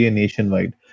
nationwide